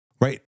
Right